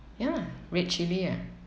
ya lah red chilli ah